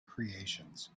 creations